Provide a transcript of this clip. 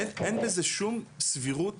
אין בזה שום סבירות